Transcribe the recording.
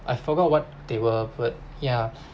I forgot what they were but ya